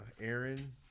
Aaron